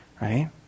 right